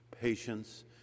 patience